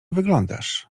wyglądasz